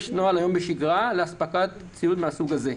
יש היום נוהל בשגרה לאספקת ציוד מן הסוג הזה.